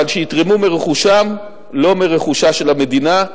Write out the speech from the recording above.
אבל שיתרמו מרכושם, לא מרכושה של המדינה.